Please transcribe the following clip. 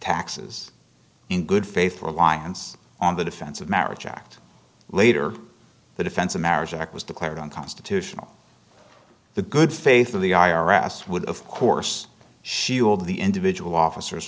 taxes in good faith reliance on the defense of marriage act later the defense of marriage act was declared unconstitutional the good faith of the i r s would of course shield the individual officers